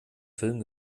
film